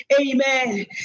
amen